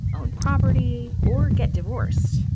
own property, or get divorced.